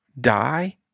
die